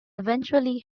eventually